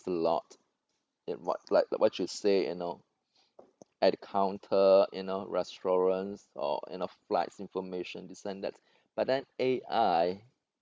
a lot in what like what you say you know at the counter you know restaurants or you know flights information this and that but then A_I